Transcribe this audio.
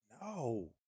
No